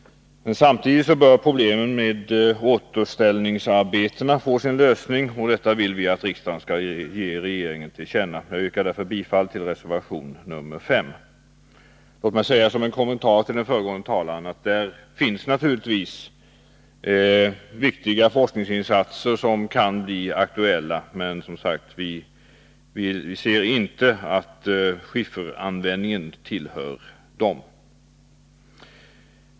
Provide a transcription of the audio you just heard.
Samtidigt bör problemen med återställningsarbetena få sin lösning. Detta vill vi att riksdagen skall ge regeringen till känna. Jag yrkar därför bifall till reservation 5. Låt mig säga, som en kommentar till den föregående talaren, att det naturligtvis finns viktiga forskningsinsatser som kan bli aktuella, men vi ser inte att skifferanvändningen tillhör dem.